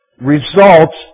results